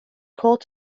called